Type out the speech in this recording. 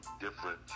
different